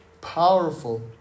powerful